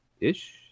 ish